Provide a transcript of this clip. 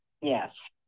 Yes